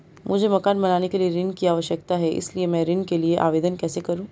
मुझे मकान बनाने के लिए ऋण की आवश्यकता है इसलिए मैं ऋण के लिए आवेदन कैसे करूं?